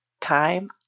time